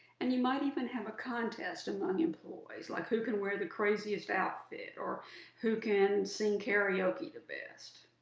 and you might even have a contest among employees, like who can wear the craziest outfit or who can sing karaoke the best.